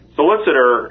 solicitor